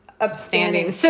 upstanding